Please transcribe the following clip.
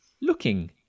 looking